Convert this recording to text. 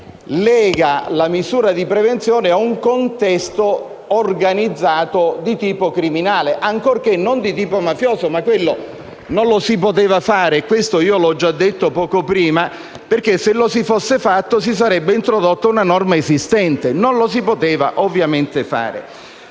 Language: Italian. lega la misura di prevenzione a un contesto organizzato di tipo criminale, ancorché non di tipo mafioso. Ma quello non lo si poteva fare e io l'ho già detto poco prima perché, se lo si fosse fatto, si sarebbe introdotta una norma esistente, e ovviamente non